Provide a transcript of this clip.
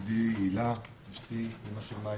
לצדי הילה, אשתי, אימא של מאיה,